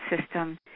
system